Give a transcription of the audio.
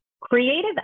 creative